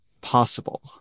possible